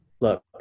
Look